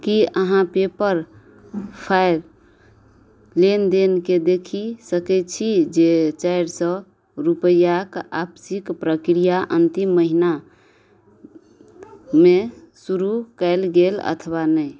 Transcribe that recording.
की अहाँ पेपर फाइ लेनदेनके देखि सकय छी जे चारि सओ रुपैआक वापसीक प्रक्रिया अन्तिम महिनामे शुरू कयल गेल अथवा नहि